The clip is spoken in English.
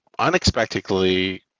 unexpectedly